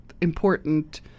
important